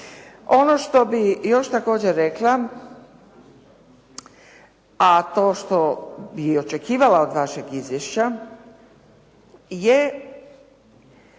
Ono što bih još također rekla a to što bi i očekivala od vašeg izvješća je